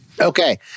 Okay